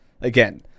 Again